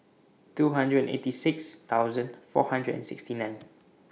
two hundred and eighty six thousand four hundred and sixty nine